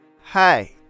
Hi